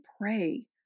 pray